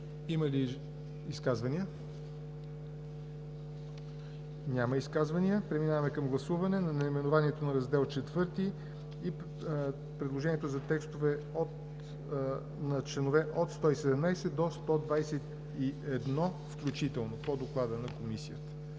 Има ли изказвания? Няма. Преминаваме към гласуване на наименованието на Раздел IV и предложението за текстове на чл. 117 – 121 включително по доклада на Комисията.